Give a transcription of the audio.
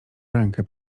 rękę